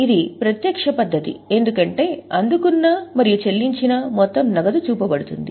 ఇది ప్రత్యక్ష పద్ధతి ఎందుకంటే అందుకున్న మరియు చెల్లించిన మొత్తం నగదు చూపబడుతుంది